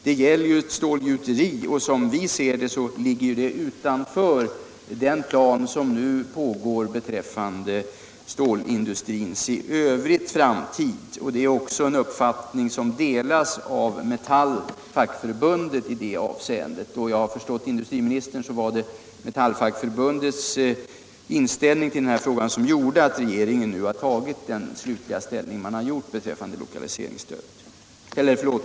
Det gäller ju ett stålgjuteri, och som jag ser det ligger detta utanför den plan som avser framtiden för stålindustrin i övrigt. Det är en uppfattning som delas av Metall. Och om jag har förstått industriministern rätt, var det Metalls inställning i frågan som gjorde att regeringen nu tog denna slutliga ställning till lokaliseringsstödet.